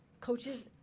coaches